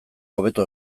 hobeto